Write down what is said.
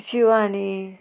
Shivani